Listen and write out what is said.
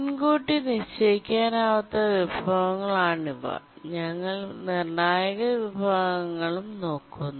മുൻകൂട്ടി നിശ്ചയിക്കാനാവാത്ത വിഭവങ്ങളാണിവ ഞങ്ങൾ നിർണ്ണായക വിഭാഗങ്ങളും നോക്കുന്നു